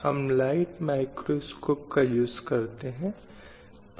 high court में 609 में से 58 जज